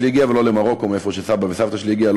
מאיפה שסבתא שלי הגיעה,